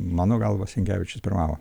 mano galva sinkevičius pirmavo